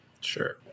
Sure